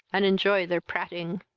and enjoy their prating.